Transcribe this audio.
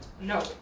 No